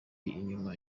inyuma